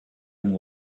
and